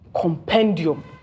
compendium